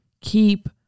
keep